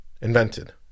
invented